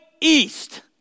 east